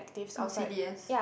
no c_d_s